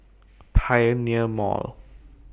Pioneer Mall